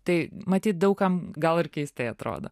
tai matyt daug kam gal ir keistai atrodo